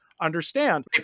understand